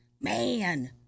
Man